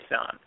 on